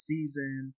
Season